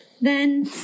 Then